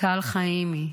טל חיימי,